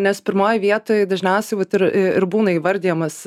nes pirmoj vietoj dažniausiai vat ir ir būna įvardijamas